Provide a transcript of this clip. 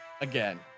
again